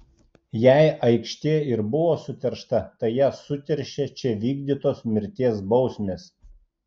jei aikštė ir buvo suteršta tai ją suteršė čia vykdytos mirties bausmės